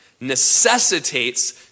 necessitates